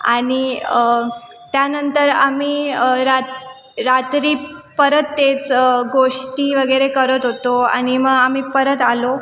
आणि त्यानंतर आम्ही रा रात्री परत तेच गोष्टी वगैरे करत होतो आणि मग आम्ही परत आलो